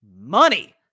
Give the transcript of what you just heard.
money